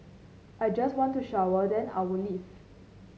I just want to shower then I'll leave